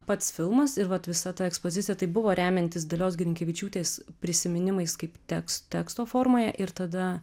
pats filmas ir vat visa ta ekspozicija tai buvo remiantis dalios grinkevičiūtės prisiminimais kaip teks teksto formoje ir tada